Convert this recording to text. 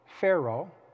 Pharaoh